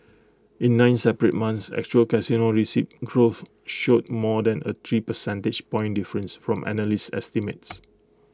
in nine separate months actual casino receipts growth showed more than A three percentage point difference from analyst estimates